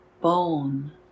bone